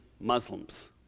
Muslims